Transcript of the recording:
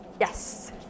Yes